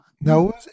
No